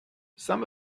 some